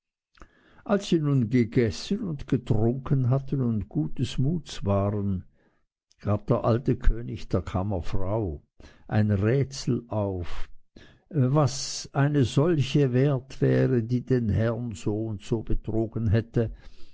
als sie nun gegessen und getrunken hatten und gutes muts waren gab der alte könig der kammerfrau ein rätsel auf was eine solche wert wäre die den herrn so und so betrogen hätte